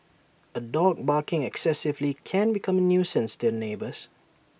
A dog barking excessively can becoming nuisance to neighbours